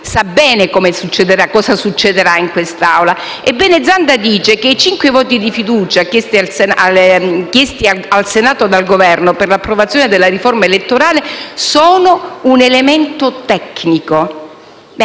sa bene cosa succederà in quest'Aula. Ebbene Zanda dice che i cinque voti di fiducia chiesti al Senato dal Governo per l'approvazione della riforma elettorale sono un elemento tecnico.